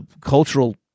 cultural